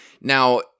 Now